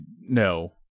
no